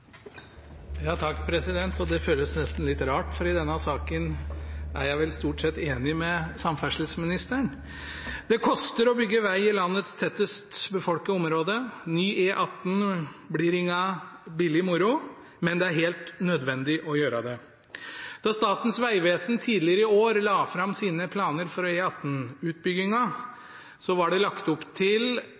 i denne saken er jeg vel stort sett enig med samferdselsministeren. Det koster å bygge veg i landets tettest befolkede område. Ny E18 blir ingen billig moro, men det er helt nødvendig å bygge den. Da Statens vegvesen tidligere i år la fram sine planer for E18-utbyggingen, var det lagt opp til 30 pst. bidrag fra staten i de kalkulasjonene som ble gjort. Det